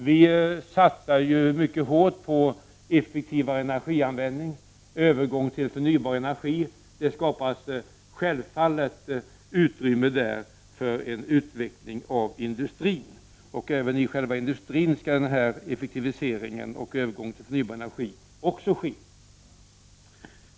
Vi satsar mycket hårt på effektivare energianvändning och övergång till förnybar energi. Det är självklart att detta skapar utrymme för en utveckling av industrin. Även inom själva industrin skall denna effektivisering och övergång till förnybar energi ske.